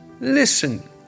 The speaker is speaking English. Listen